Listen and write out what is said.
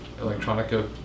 electronica